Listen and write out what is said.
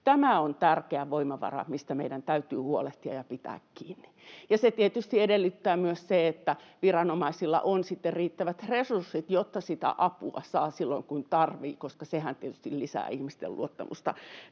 Tämä on tärkeä voimavara, mistä meidän täytyy huolehtia ja pitää kiinni. Se tietysti edellyttää myös sitä, että viranomaisilla on sitten riittävät resurssit, jotta sitä apua saa silloin kun tarvitsee, koska sehän tietysti lisää ihmisten luottamusta